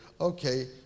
Okay